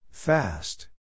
Fast